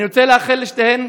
אני רוצה לאחל לשתיהן,